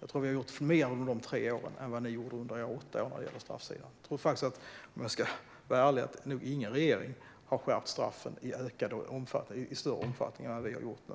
Jag tror att vi har gjort mer under de här tre åren än vad ni gjorde under åtta år vad gäller straffsidan. Om jag ska vara ärlig tror jag faktiskt att ingen regering har skärpt straffen i större omfattning än vad vi har gjort nu.